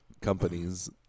companies